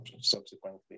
subsequently